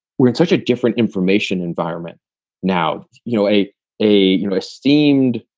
we're in such a different information environment now. you know, a a you know a steamed,